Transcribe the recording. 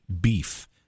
Beef